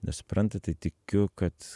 nesupranta tai tikiu kad